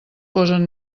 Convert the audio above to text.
posen